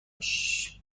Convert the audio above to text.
بشه